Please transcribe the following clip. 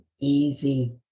easy